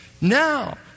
Now